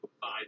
five